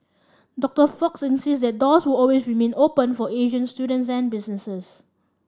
Doctor Fox insists that the doors will always remain open for Asian students and businesses